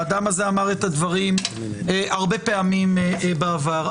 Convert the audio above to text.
האדם הזה אמר את הדברים הרבה פעמים בעבר.